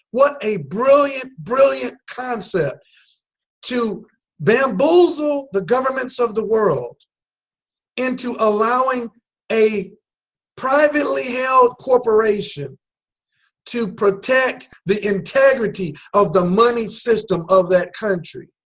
what a brilliant, brilliant concept to bamboozle the governments of the world into allowing a privately held corporation to protect the integrity of the money system of that country